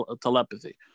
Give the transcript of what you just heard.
telepathy